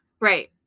Right